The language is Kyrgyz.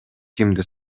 кимди